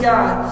God